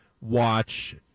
watch